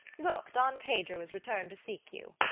look! don pedro is returned to seek you.